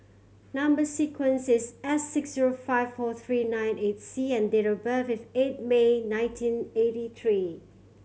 number sequence is S six zero five four three nine eight C and date of birth is eight May nineteen eighty three